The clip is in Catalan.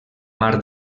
mar